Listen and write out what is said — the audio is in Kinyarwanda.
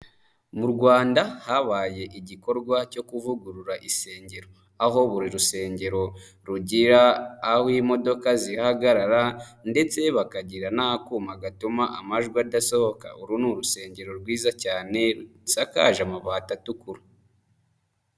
Mu rwanda habaye igikorwa cyo kuvugurura insengero, aho buri rusengero rugira aho imodoka zihagarara, ndetse bakagira n'akuma gatuma amajwi adasohoka. Uru ni urusengero rwiza cyane rusakaje amabati atukura.